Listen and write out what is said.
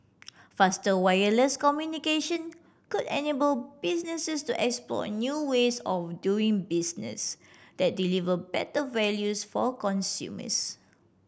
faster wireless communication could unable businesses to explore new ways of doing business that deliver better values for consumers